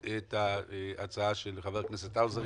את ההצעה של חבר הכנסת האוזר,